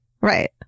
right